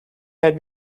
had